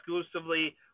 exclusively